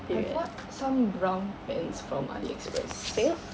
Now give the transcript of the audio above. I bought some brown pants from AliExpress